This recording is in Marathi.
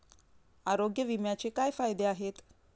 आरोग्य विम्याचे काय फायदे आहेत?